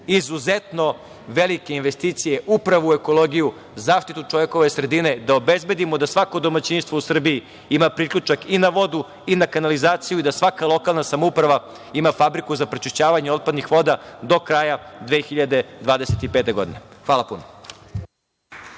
izuzetno velike investicije upravo u ekologiju, zaštitu čovekove sredine, da obezbedimo da svako domaćinstvo u Srbiji ima priključak i na vodu i kanalizaciju i da svaka lokalna samouprava ima fabriku za prečišćavanje otpadnih voda do kraja 2025. godine. Hvala puno.